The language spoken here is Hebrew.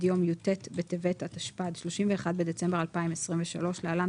יום י"ט בטבת התשפ"ד (31 בדצמבר 2023) (להלן,